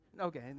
Okay